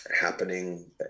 happening